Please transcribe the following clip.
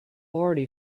already